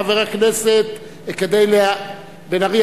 חבר הכנסת בן-ארי.